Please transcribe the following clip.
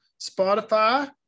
spotify